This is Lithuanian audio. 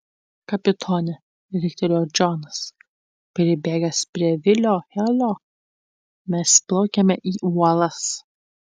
kapitone riktelėjo džonas pribėgęs prie vilio helio mes plaukiame į uolas